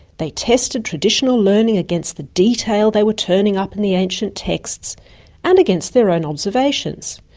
they tested traditional learning against the detail they were turning up in the ancient texts and against their own observations.